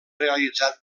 realitzat